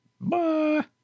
Bye